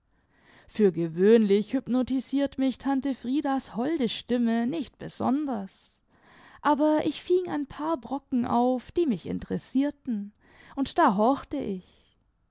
für gewöhnlich hypnotisiert mich tante friedas holde stimme nicht besonders aber ich fing ein paar brocken auf die mich interessierten und da horchte ich ich